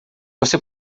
você